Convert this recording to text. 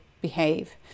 behave